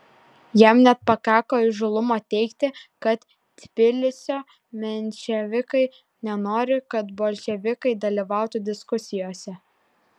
jam net pakako įžūlumo teigti kad tbilisio menševikai nenori kad bolševikai dalyvautų diskusijose